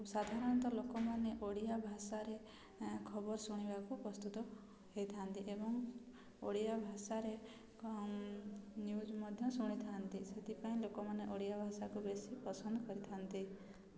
ସାଧାରଣତଃ ଲୋକମାନେ ଓଡ଼ିଆ ଭାଷାରେ ଖବର ଶୁଣିବାକୁ ପ୍ରସ୍ତୁତ ହେଇଥାନ୍ତି ଏବଂ ଓଡ଼ିଆ ଭାଷାରେ ନ୍ୟୁଜ୍ ମଧ୍ୟ ଶୁଣିଥାଆନ୍ତି ସେଥିପାଇଁ ଲୋକମାନେ ଓଡ଼ିଆ ଭାଷାକୁ ବେଶୀ ପସନ୍ଦ କରିଥାନ୍ତି